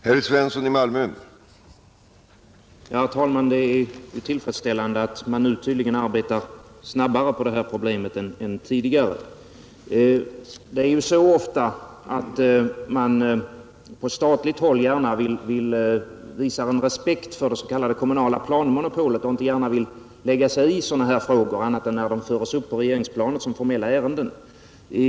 Herr talman! Det är tillfredsställande att man nu tydligen arbetar snabbare på detta problem än tidigare. Ofta vill man på statligt håll visa respekt för det s.k. kommunala planmonopolet — man vill inte gärna lägga sig i sådana här frågor annat än när de förs upp på regeringsplanet som formella ärenden.